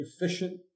efficient